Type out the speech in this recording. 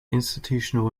institutional